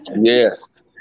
Yes